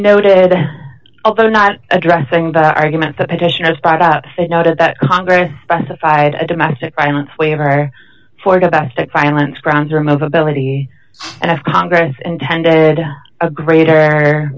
noted although not addressing the argument that position was brought up they noted that congress specified a domestic violence waiver forgive us that violence grounds remove ability and if congress intended a greater